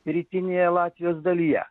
rytinėje latvijos dalyje